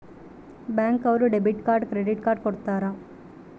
bank ಅವ್ರು debit card credit card ಕೊಡ್ತಾರ